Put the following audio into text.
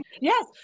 Yes